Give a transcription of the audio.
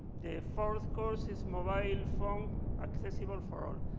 the fourth course is mobile phones, accessible for all.